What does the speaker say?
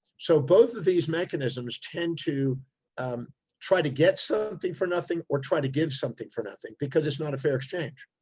so both of these mechanisms tend to um try to get something for nothing or try to give something for nothing, because it's not a fair exchange.